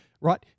Right